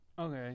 Okay